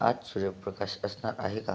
आज सूर्यप्रकाश असणार आहे का